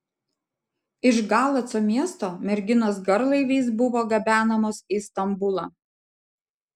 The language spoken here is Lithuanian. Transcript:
iš galaco miesto merginos garlaiviais buvo gabenamos į stambulą